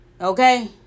okay